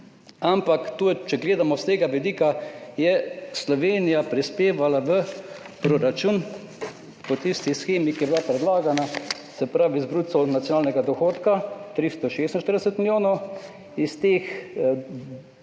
Ampak če gledamo s tega vidika, je Slovenija prispevala v proračun po tisti shemi, ki je bila predlagana, iz bruto nacionalnega dohodka 346 milijonov, iz ostalih